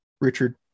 Richard